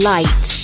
Light